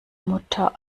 mutter